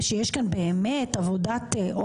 ההסתייגות לא עברה.